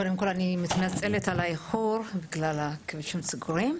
קודם כל אני מתנצלת על האיחור כי הכבישים סגורים.